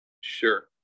Sure